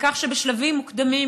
על כך שבשלבים מוקדמים,